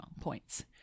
points